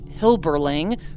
Hilberling